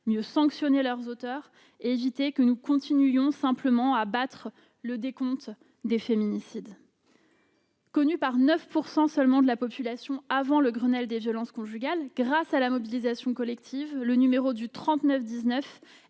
mieux sanctionner leurs auteurs et pour éviter que nous continuions simplement à battre le décompte des féminicides. Connu par 9 % seulement de la population avant le Grenelle des violences conjugales, grâce à la mobilisation collective, le numéro du 3919